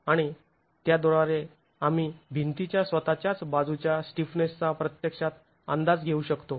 आणि त्याद्वारे आम्ही भिंतीच्या स्वतःच्याच बाजूच्या स्टिफनेसचा प्रत्यक्षात अंदाज घेऊ शकतो